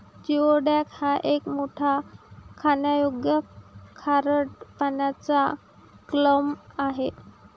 geoduck हा एक मोठा खाण्यायोग्य खारट पाण्याचा क्लॅम आहे